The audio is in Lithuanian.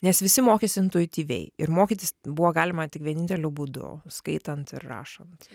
nes visi mokesi intuityviai ir mokytis buvo galima tik vieninteliu būdu skaitant ir rašant